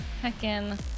heckin